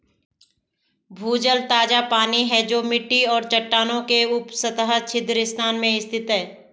भूजल ताजा पानी है जो मिट्टी और चट्टानों के उपसतह छिद्र स्थान में स्थित है